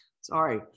sorry